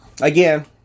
Again